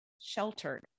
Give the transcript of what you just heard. sheltered